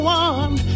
one